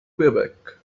quebec